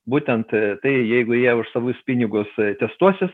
būtent tai jeigu jie už savus pinigus testuosis